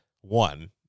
one